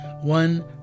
one